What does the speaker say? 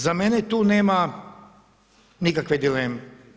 Za mene tu nema nikakve dileme.